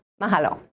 Mahalo